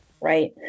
right